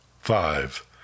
Five